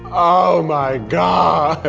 oh my god!